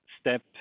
step